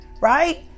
right